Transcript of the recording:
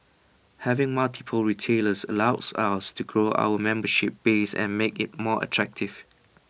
having multiple retailers allows us to grow our membership base and make IT more attractive